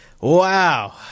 Wow